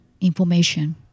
information